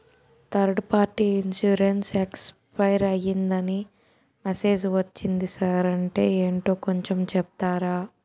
Third party insurance expire అయ్యిందని message ఒచ్చింది sir అంటే ఏంటో కొంచె చెప్తారా?